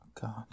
God